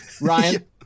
Ryan